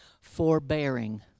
forbearing